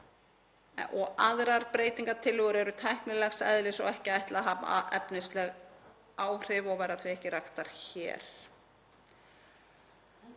Aðrar breytingartillögur eru tæknilegs eðlis og ekki ætlað að hafa efnisleg áhrif og verða því ekki raktar hér.